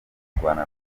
kurwana